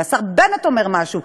והשר בנט אומר משהו,